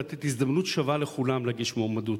לתת הזדמנות שווה לכולם להגיש מועמדות,